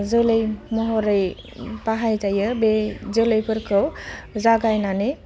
जोलै महरै बाहायजायो बे जोलैफोरखौ जागायनानै